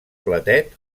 platet